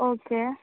okay